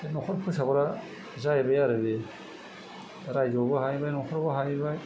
बे न'खर फोसाबग्रा जाहैबाय आरो बियो रायजोआवबो हाहैबाय न'खरावबो हाहैबाय